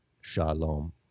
Shalom